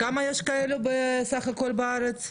כמה יש כאלה בסך הכול בארץ?